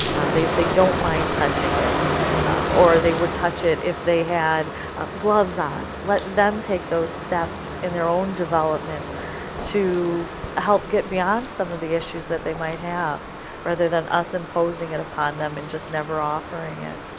they they don't mind touching it or they would touch it if they had gloves on. let them take those steps in their own development to help get beyond some of the issues that they might have rather than us imposing it upon them and just never offering it.